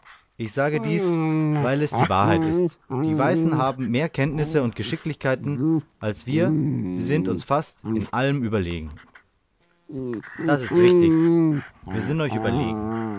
ich sage dies weil es die wahrheit ist die weißen haben mehr kenntnisse und geschicklichkeiten als wir sie sind uns fast in allem überlegen das ist richtig wir sind euch überlegen